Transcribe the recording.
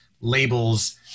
labels